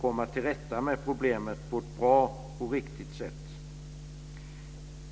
komma till rätta med problemet på ett bra och riktigt sätt.